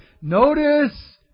Notice